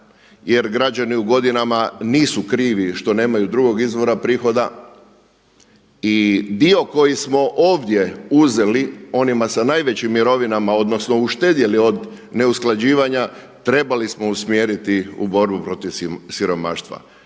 jer građani u godinama nisu krivi što nemaju drugog izvora prihoda i dio koji smo ovdje uzeli onima s najvećim mirovinama odnosno uštedjeli od neusklađivanja trebali smo usmjeriti u borbu protiv siromaštva.